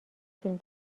فیلم